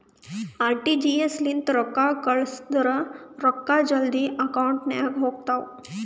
RTGS ಲಿಂತ ರೊಕ್ಕಾ ಕಳ್ಸುರ್ ರೊಕ್ಕಾ ಜಲ್ದಿ ಅಕೌಂಟ್ ನಾಗ್ ಹೋತಾವ್